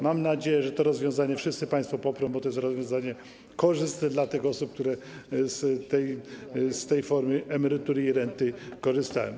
Mam nadzieję, że to rozwiązanie wszyscy państwo poprą, bo jest to rozwiązanie korzystne dla tych osób, które z tej formy emerytury i renty korzystają.